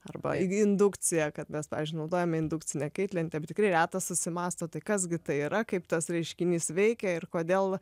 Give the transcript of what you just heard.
arba indukcija kad mes pavyzdžiui naudojame indukcinę kaitlentę tikrai retas susimąsto tai kas gi tai yra kaip tas reiškinys veikia ir kodėl